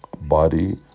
body